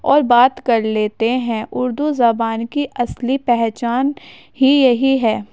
اور بات کر لیتے ہیں اردو زبان کی اصلی پہچان ہی یہی ہے